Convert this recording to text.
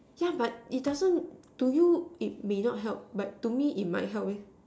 yeah but it doesn't to you it may not help but to me it might help eh